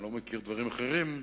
אני לא מכיר דברים אחרים,